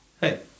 hey